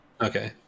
Okay